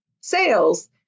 sales